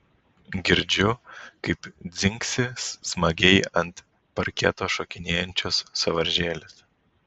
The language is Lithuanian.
girdžiu kaip dzingsi smagiai ant parketo šokinėjančios sąvaržėlės